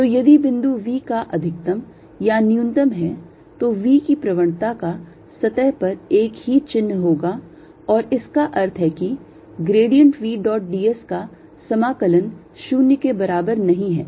तो यदि बिंदु V का अधिकतम या न्यूनतम है तो V की प्रवणता का सतह पर एक ही चिन्ह होगा और इसका अर्थ है कि grad V dot d s का समाकलन 0 के बराबर नहीं है